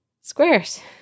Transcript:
Squares